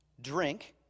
drink